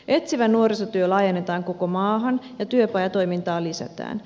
etsivä nuorisotyö laajennetaan koko maahan ja työpajatoimintaa lisätään